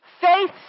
Faith